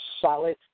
solid